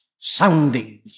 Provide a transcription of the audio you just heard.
Soundings